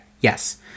Yes